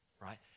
right